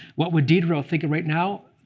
what would diderot think of right now?